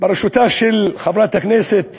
בראשותה של חברת הכנסת